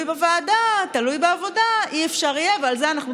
אושר בקריאה שנייה ושלישית פה,